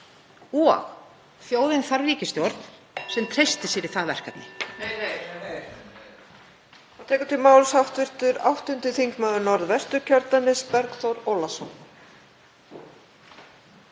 og þjóðin þarf ríkisstjórn sem treystir sér í það verkefni.